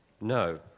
No